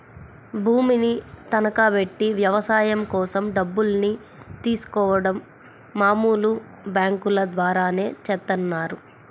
భూమిని తనఖాబెట్టి వ్యవసాయం కోసం డబ్బుల్ని తీసుకోడం మామూలు బ్యేంకుల ద్వారానే చేత్తన్నారు